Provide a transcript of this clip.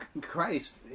Christ